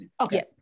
okay